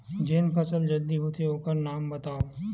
जेन फसल जल्दी होथे ओखर नाम बतावव?